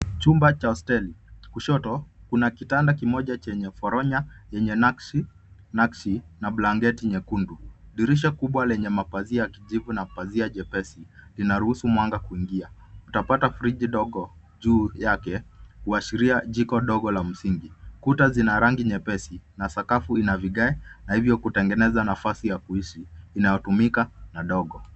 Chumba cha hosteli. Kushoto kuna kitanda chenye poronya yenye naksi na blanketi nyekundu. Dirisha kubwa yenye mapazia ya kijivu na pazia nyepesi inaruhusu mwanga kuingia. Utapata friji dogo juu yake kuashiria jiko ndogo la msingi. Kuta zina rangi nyepesi na sakafu ya vigae na hivyo kutegeneza nafasi ya kuishi inayotumika na ndogo.